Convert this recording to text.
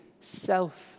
self